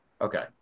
okay